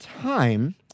time